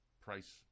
price